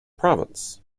province